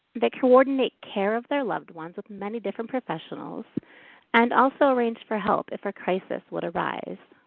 they coordinate care of their loved ones with many different professionals and also arrange for help if a crisis would arise.